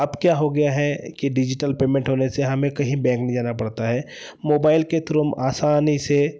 अब क्या हो गया है कि डिज़िटल पेमेंट होने से हमें कहीं बैंक जाना पड़ता है मोबाइल के तुरंत आसानी से